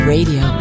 Radio